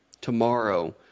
tomorrow